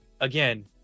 again